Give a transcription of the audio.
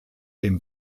dem